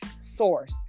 source